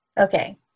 Okay